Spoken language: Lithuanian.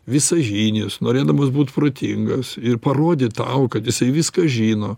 visažinis norėdamas būt protingas ir parodyt tau kad jisai viską žino